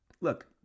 look